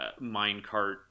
minecart